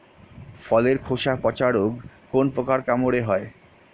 ফলের খোসা পচা রোগ কোন পোকার কামড়ে হয়?